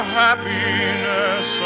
happiness